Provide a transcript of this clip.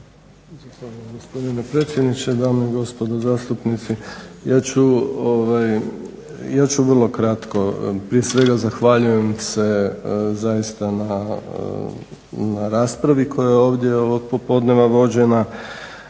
Relja** Gospodine predsjedniče, dame i gospodo zastupnici! Ja ću vrlo kratko. Prije svega zahvaljujem se zaista na raspravi koja je ovog popodneva ovdje